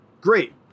great